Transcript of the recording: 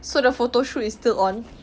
so the photo shoot is still on